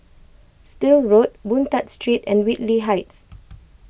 Still Road Boon Tat Street and Whitley Heights